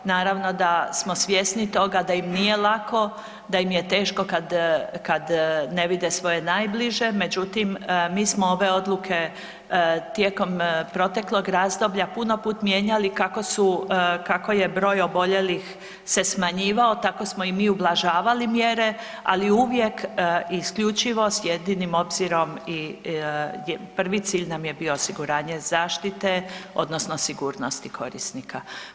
Naravno da smo svjesni toga da im nije lako, da im je teško kad ne vide svoje najbliže, međutim, mi smo ove odluke tijekom proteklog razdoblja puno puta mijenjali kako su, kako je broj oboljelih se smanjivao, tamo smo i mi ublažavali mjere, ali uvijek i isključivo s jedinim obzirom i prvi cilj nam je bio osiguranje zaštite odnosno sigurnosti korisnika.